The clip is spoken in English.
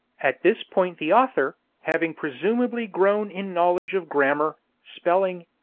at this point the author, having presumably grown in knowledge of grammar, spelling,